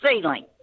ceiling